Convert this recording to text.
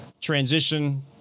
transition